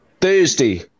Thursday